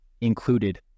included